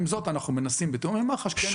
עם זאת, אנחנו מנסים בתיאום עם מח"ש לעשות תחקיר.